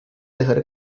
dejaré